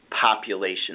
population